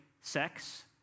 sex